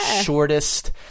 shortest